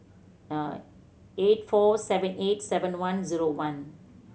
eight four seven eight seven one zero one